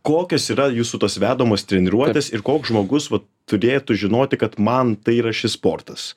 kokios yra jūsų tos vedamos treniruotės ir koks žmogus vat turėtų žinoti kad man tai yra šis sportas